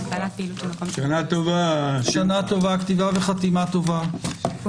(הגבלת פעילות של מקום ציבורי או עסקי והוראות נוספות)(תיקון מס'